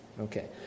Okay